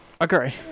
Agree